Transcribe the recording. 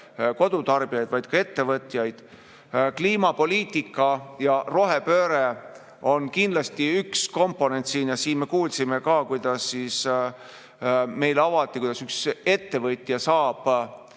kodutarbijaid, vaid ka ettevõtjaid. Kliimapoliitika ja rohepööre on kindlasti üks komponent. Ja siin me kuulsime ka, meile avati, kuidas üks ettevõtja saab